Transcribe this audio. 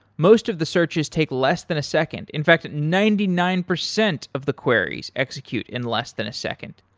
most of the searches take less than a second. in fact, ninety nine percent of the queries execute in less than a second.